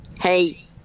Hey